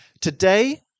Today